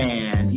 Man